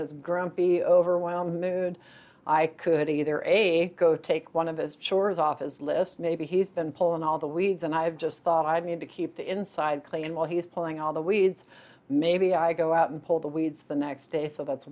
be overwhelmed mood i could either a he go take one of his chores off as list maybe he's been pulling all the weeds and i've just thought i'd need to keep the inside clean while he's pulling all the weeds maybe i go out and pull the weeds the next day so that's